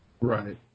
Right